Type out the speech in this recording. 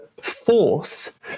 force